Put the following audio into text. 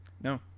No